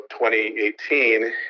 2018